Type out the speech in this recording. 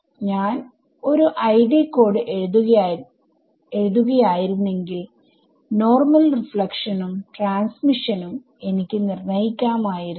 ഞാൻ ഒരു ID code എഴുതുകയായിരുന്നെങ്കിൽ നോർമൽ റിഫ്ലക്ഷനുംട്രാൻസ്മിഷനും എനിക്ക് നിർണ്ണായിക്കാമായിരുന്നു